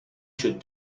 should